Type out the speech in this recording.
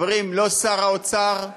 חברים, לא שר האוצר,